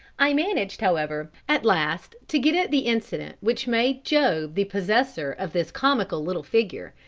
i managed, however, at last to get at the incident which made job the possessor of this comical little figure,